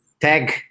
tag